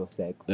sex